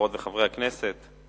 חברות וחברי הכנסת,